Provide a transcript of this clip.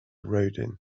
rodin